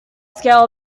scale